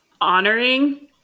honoring